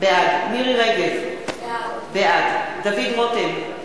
בעד מירי רגב, בעד דוד רותם,